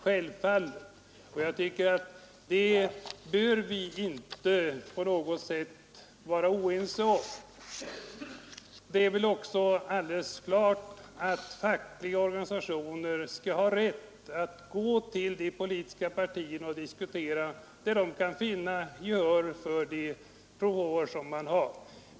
Ett sådant samband förekommer givetvis, och den saken bör vi inte vara oense om. Det är också alldeles klart att fackliga organisationer skall ha rätt att med de politiska partierna diskutera och försöka vinna gehör för sina synpunkter.